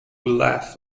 laughs